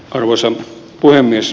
arvoisa puhemies